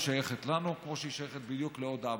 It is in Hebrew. היא שייכת לנו בדיוק כמו שהיא שייכת לעוד עם.